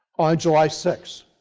july six.